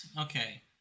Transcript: okay